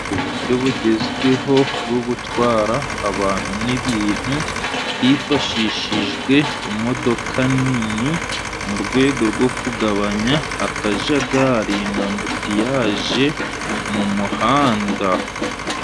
Uburyo bugezweho bwo gutwara abantu n'ibintu hifashishijwe imodoka nini, mu rwego rwo kugabanya akajagari n'ambutiyaje mu muhanda.